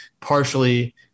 partially